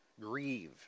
grieve